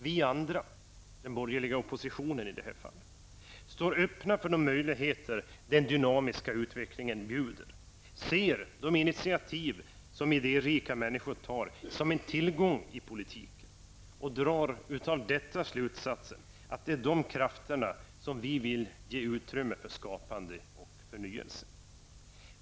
Vi andra, den borgerliga oppositionen i det här fallet, står öppna för de möjligheter som den dynamiska utveckling bjuder, ser de initiativ som idérika människor tar, som en tillgång i politiken och drar av detta slutsatsen att det är dessa krafter för skapande och förnyelse som vi vill ge utrymme för.